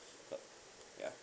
ya